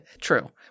True